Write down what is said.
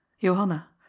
Johanna